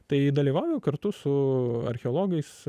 tai dalyvauju kartu su archeologais